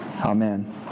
Amen